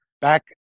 back